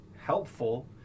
helpful